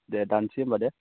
दे दानसै होनबा दे